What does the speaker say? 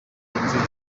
yumviye